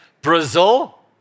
Brazil